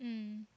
mm